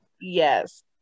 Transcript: yes